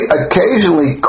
occasionally